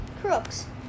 crooks